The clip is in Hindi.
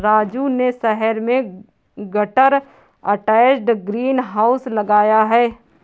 राजू ने शहर में गटर अटैच्ड ग्रीन हाउस लगाया है